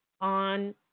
on